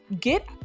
get